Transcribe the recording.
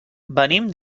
venim